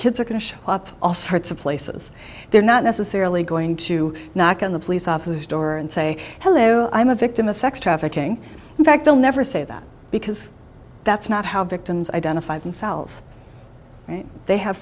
kids are going to show up all sorts of places they're not necessarily going to knock on the police officers door and say hello i'm a victim of sex trafficking in fact they'll never say that because that's not how victims identify themselves they have